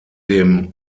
dem